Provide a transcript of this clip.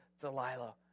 Delilah